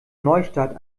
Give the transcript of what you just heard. neustadt